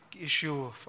issue